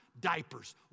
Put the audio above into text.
diapers